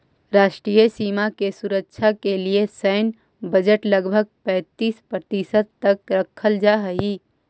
राष्ट्रीय सीमा के सुरक्षा के लिए सैन्य बजट लगभग पैंतीस प्रतिशत तक रखल जा हई